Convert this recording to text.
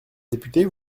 députée